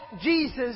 Jesus